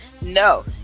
no